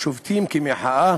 שובתים במחאה